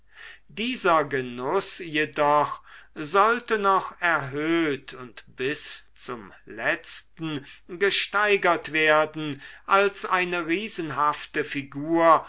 dieser genuß jedoch sollte noch erhöht und bis zum letzten gesteigert werden als eine riesenhafte figur